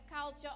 culture